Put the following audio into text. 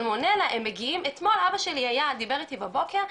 אתמול אבא שלי דיבר איתי בבוקר,